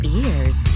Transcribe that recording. ears